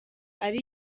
ari